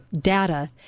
data